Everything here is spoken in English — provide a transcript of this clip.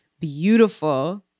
beautiful